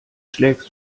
schlägst